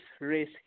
race